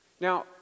Now